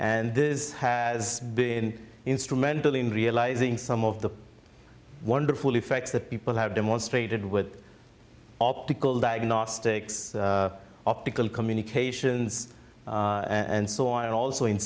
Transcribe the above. and this has been instrumental in realizing some of the wonderful effects that people have demonstrated with optical diagnostics optical communications and so on and also in